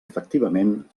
efectivament